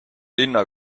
linna